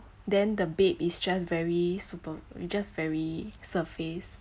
then the babe is just very super just very surface